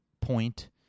point